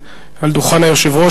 על דוכן היושב-ראש,